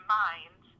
mind